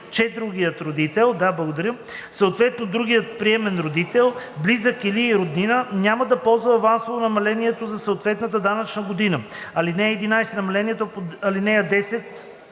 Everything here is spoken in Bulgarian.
че другият родител, съответно другият приемен родител, близък или роднина, няма да ползва авансово намалението за съответната данъчна година. (11) Намаляването по ал. 10